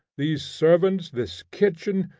these servants, this kitchen,